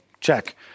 Check